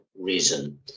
reason